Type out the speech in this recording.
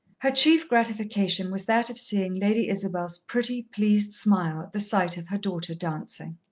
her chief gratification was that of seeing lady isabel's pretty, pleased smile at the sight of her daughter dancing.